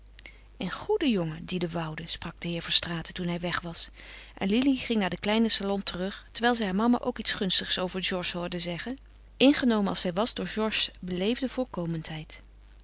een goede jongen die de woude sprak de heer verstraeten toen hij weg was en lili ging naar den kleinen salon terug terwijl zij haar mama ook iets gunstigs over georges hoorde zeggen ingenomen als zij was door